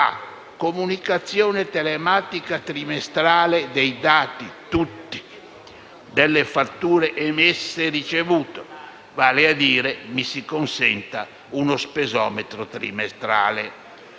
comunicazione telematica dei dati, tutti, delle fatture emesse e ricevute, vale a dire, mi si consenta, uno "spesometro" trimestrale;